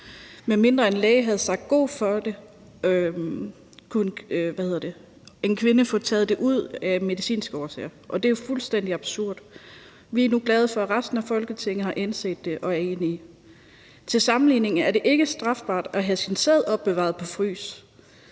Kun hvis en læge har sagt god for det, kan en kvinde få taget dem ud af medicinske årsager, og det er jo fuldstændig absurd. Vi er nu glade for, at resten af Folketinget har indset det og er enige. Til sammenligning er det ikke strafbart at have sin sæd opbevaret på frys.